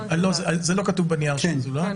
כן.